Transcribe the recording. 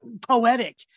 poetic